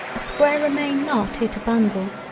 a square remain not it a bundle,